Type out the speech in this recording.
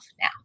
now